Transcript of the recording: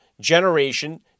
generation